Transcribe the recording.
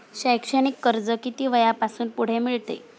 शैक्षणिक कर्ज किती वयापासून पुढे मिळते?